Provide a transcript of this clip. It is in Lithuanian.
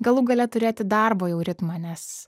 galų gale turėti darbo jau ritmą nes